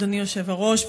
אדוני היושב-ראש,